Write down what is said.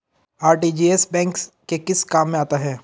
RTGS bank के किस काम में आता है?